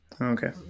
Okay